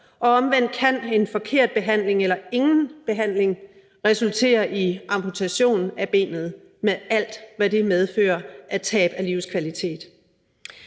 og omvendt kan en forkert behandling eller ingen behandling resultere i amputation af benet med alt, hvad det medfører af tab af livskvalitet.